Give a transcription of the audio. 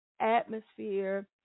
atmosphere